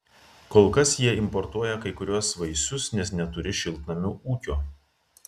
kol kas jie importuoja kai kuriuos vaisius nes neturi šiltnamių ūkio